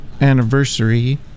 anniversary